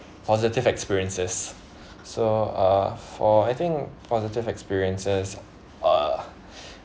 positive experiences so uh for I think positive experiences uh